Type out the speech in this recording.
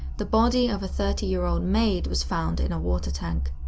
the body of thirty year old maid was found in a water tank.